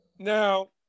Now